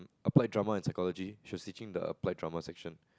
Applied Drama and Psychology she's teaching the Applied-Drama section